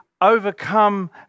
overcome